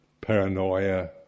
paranoia